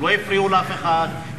לא הפריעו לאף אחד.